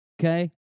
okay